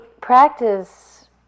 practice